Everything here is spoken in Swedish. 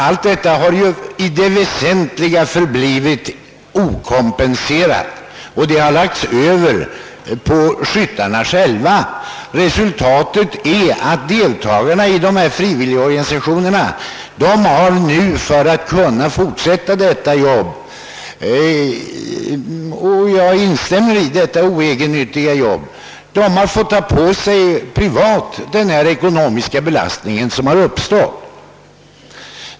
Dessa prisstegringar har i allt väsentligt förblivit okompenserade, och det är skyttarna själva som fått stå för dessa ökade kostnader. Resultatet har alltså blivit att deltagarna i dessa frivilligorganisationer för att kunna fortsätta med sitt oegennyttiga — jag vill gärna instämma i det omdömet — arbete personligen måste tia på sig den ekonomiska belastning som uppstått.